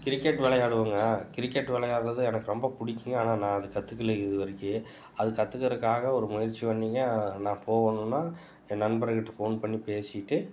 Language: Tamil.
கிரிக்கெட் விளையாடுறவங்க கிரிக்கெட் விளையாடுறது எனக்கு ரொம்ப பிடிக்கும் ஆனால் நான் அது கற்றுக்கல இது வரைக்கும் அது கற்றுக்கிறதுக்குக்காக ஒரு முயற்சி பண்ணேங்க நான் போகணுன்னால் என் நண்பர்கள்கிட்ட ஃபோன் பண்ணி பேசிட்டு